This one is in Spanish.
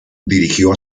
dirigió